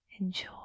enjoy